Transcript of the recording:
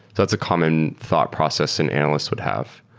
that's a common thought process an analyst would have.